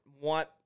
want